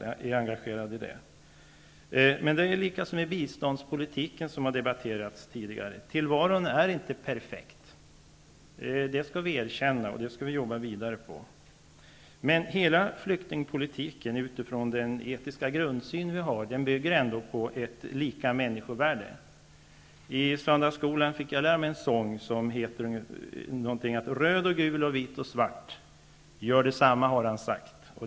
Det är på samma sätt med biståndspolitiken, som har debatterats tidigare, nämligen att tillvaron inte är perfekt. Det skall vi erkänna och jobba vidare med. Hela flyktingpolitiken, utifrån den etiska grundsyn som vi har, bygger ändå på ett lika människovärde. I söndagsskolan fick jag lära mig en sång som lyder: Röd och gul och vit och svart gör detsamma har han sagt.